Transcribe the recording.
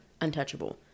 untouchable